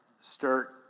start